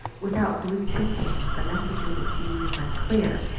without blue tinting, the message of the scene is unclear,